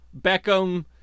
Beckham